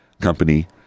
company